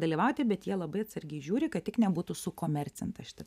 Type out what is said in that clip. dalyvauti bet jie labai atsargiai žiūri kad tik nebūtų sukomercinta šita